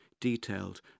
detailed